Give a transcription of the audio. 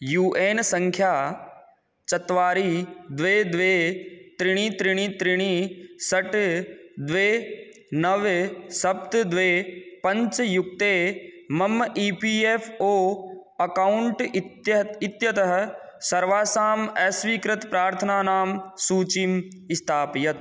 U N सङ्ख्या चत्वारि द्वे द्वे त्रिणि त्रिणि त्रिणि षट् द्वे नव सप्त् द्वे पञ्च युक्ते मम E P F O account इत्य इत्यतः सर्वासां स्वीकृतप्रार्थनानां सूचीं स्थापयत्